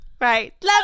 Right